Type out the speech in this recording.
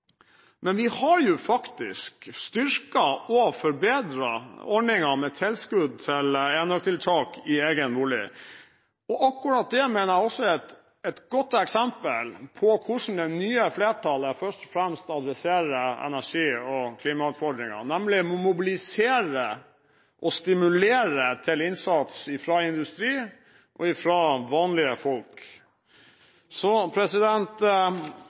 men vi har faktisk styrket og forbedret ordningen med tilskudd til enøktiltak i egen bolig. Akkurat det mener jeg også er et godt eksempel på hvordan det nye flertallet først og fremst tar tak i energi- og klimautfordringer, nemlig ved å mobilisere og stimulere til innsats fra industri og fra vanlige folk.